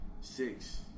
six